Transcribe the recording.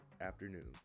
afternoon